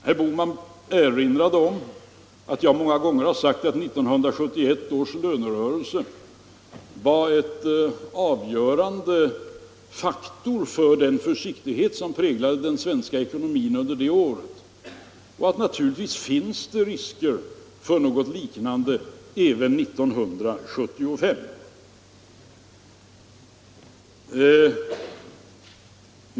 Herr Bohman erinrade om att jag många gånger har sagt att 1971 års lönerörelse var en avgörande faktor för den försiktighet som präglade den svenska ekonomin det året och att det naturligtvis finns risker för något liknande även 1975.